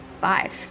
Five